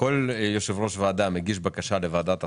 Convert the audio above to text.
כל יושב-ראש ועדה מגיש בקשה לוועדת הסכמות,